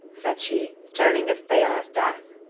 said she, turning as pale as death.